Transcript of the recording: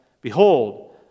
Behold